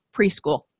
preschool